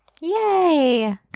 Yay